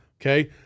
Okay